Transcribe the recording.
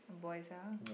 boys ah